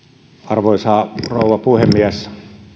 arvoisa rouva puhemies